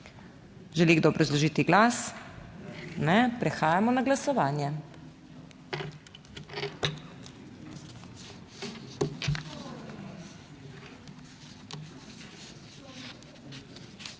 Želi kdo obrazložiti glas? Ne. Prehajamo na glasovanje.